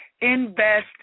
invest